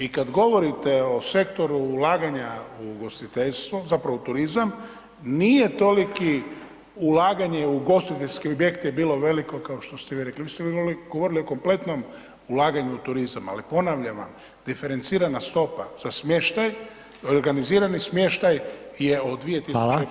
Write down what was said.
I kad govorite o sektoru ulaganja u ugostiteljstvo, zapravo u turizma, nije toliko ulaganje u ugostiteljske objekte bilo veliko kao što ste vi rekli, vi ste govorili o kompletnom ulaganju u turizam ali ponavljam vam, diferencirana stopa za smještaj i organizirani smještaj je od 2005. g. 10%